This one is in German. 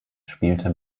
spielte